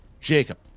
jacob